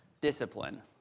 discipline